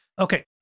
Okay